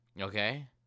Okay